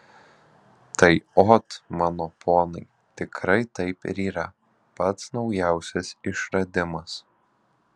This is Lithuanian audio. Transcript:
tai ot mano ponai tikrai taip ir yra pats naujausias išradimas